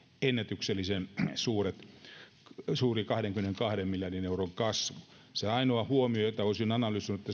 ennätyksellisen suuri kahdenkymmenenkahden miljardin euron kasvu se ainoa huomio jota olisin analysoinut